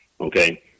Okay